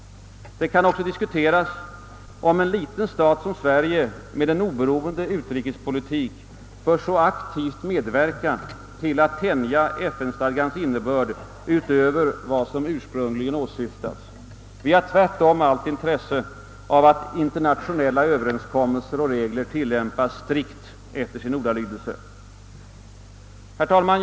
Det kan också diskuteras om en liten stat som Sverige med en oberoende utrikespolitik bör aktivt medverka till att tänja FN-stadgans innebörd utöver vad som ursprungligen åsyftats. Vi har tvärtom allt intresse av att internationella överenskommelser och regler tillämpas strikt efter sin ordalydelse. Herr talman!